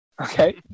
Okay